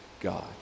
God